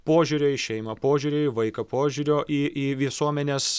požiūrio į šeimą požiūrio į vaiką požiūrio į į visuomenės